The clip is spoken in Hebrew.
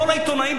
כל העיתונאים,